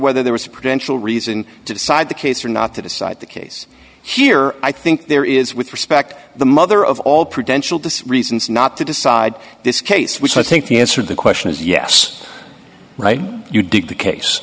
whether there was a preventable reason to decide the case or not to decide the case here i think there is with respect the mother of all prudential to reasons not to decide this case which i think the answer the question is yes right you did the case